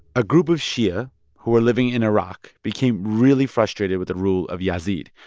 a group of shia who were living in iraq became really frustrated with the rule of yazid,